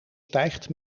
stijgt